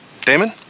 Damon